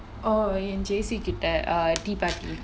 oh என்:en jessie கிட்ட:kitta tea party